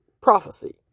prophecy